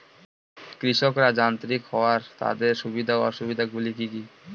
কৃষকরা যান্ত্রিক হওয়ার তাদের সুবিধা ও অসুবিধা গুলি কি কি?